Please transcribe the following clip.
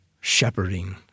shepherding